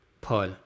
Paul